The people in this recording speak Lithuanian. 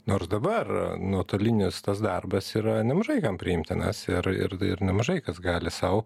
nors dabar nuotolinis tas darbas yra nemažai kam priimtinas ir ir ir nemažai kas gali sau